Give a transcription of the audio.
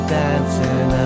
dancing